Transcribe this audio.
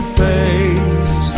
face